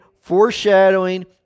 foreshadowing